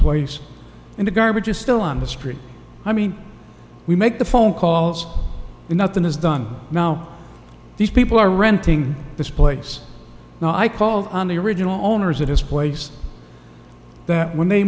place and the garbage is still on the street i mean we make the phone calls and nothing is done now these people are renting this place now i called on the original owners of this place that when they